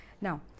now